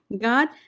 God